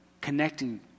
connecting